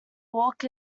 walk